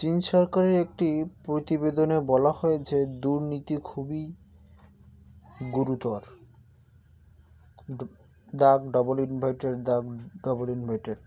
চীন সরকারের একটি প্রতিবেদনে বলা হয়েছে দুর্নীতি খুবই গুরুতর দাগ ডবল ইনভার্টেড দাগ ডবল ইনভার্টেড